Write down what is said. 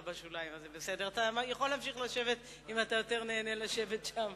זו החלטת הסיעה וזה הזמן של סיעת הליכוד.